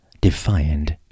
defiant